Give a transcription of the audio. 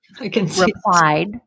replied